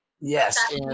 Yes